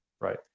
right